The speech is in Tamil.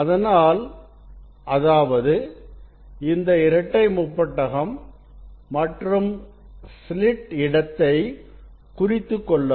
அதனால் அதாவது இந்த இரட்டை முப்பட்டகம் மற்றும் ஸ்லிட் இடத்தை குறித்துக் கொள்ளவும்